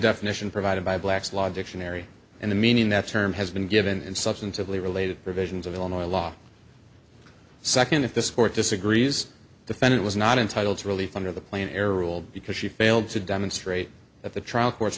definition provided by black's law dictionary and the meaning that term has been given in substantively related provisions of illinois law second if this court disagrees defendant was not entitled to relief under the plan air rule because she failed to demonstrate at the trial cour